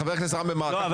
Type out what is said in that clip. חבר הכנסת רם בן ברק --- לא,